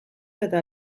eta